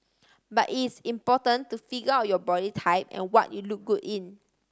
but it's important to figure out your body type and what you look good in